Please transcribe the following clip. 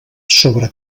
sobre